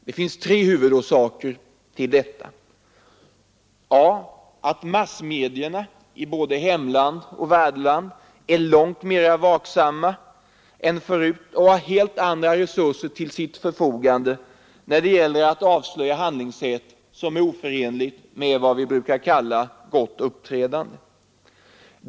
Det finns tre huvudorsaker till detta: a) Massmedierna i både hemland och värdland är långt mer vaksamma än förut och har helt andra resurser till sitt förfogande när det gäller att avslöja handlingssätt som är oförenligt med vad vi brukar kalla gott uppträdande.